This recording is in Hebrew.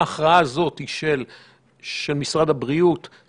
ההכרעה הזאת היא לא טריוויאלית.